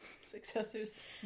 successors